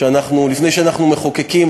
לפני שאנחנו מחוקקים,